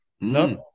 no